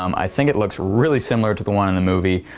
um i think it looks really similar to the one in the movie.